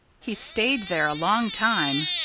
he stayed there a long time.